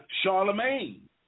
Charlemagne